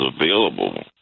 available